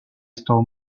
stole